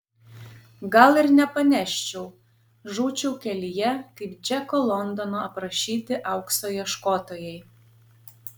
gal ir nepaneščiau žūčiau kelyje kaip džeko londono aprašyti aukso ieškotojai